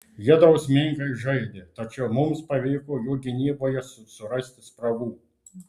jie drausmingai žaidė tačiau mums pavyko jų gynyboje surasti spragų